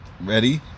Ready